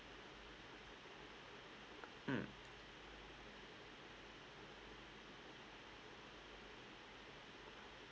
mm